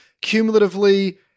Cumulatively